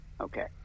Okay